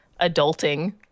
adulting